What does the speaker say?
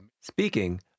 Speaking